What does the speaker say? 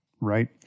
Right